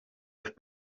have